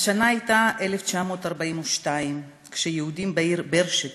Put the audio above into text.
השנה הייתה 1942 כשהיהודים בעיר ברסט